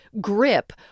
grip